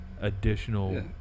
additional